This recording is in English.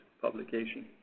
publication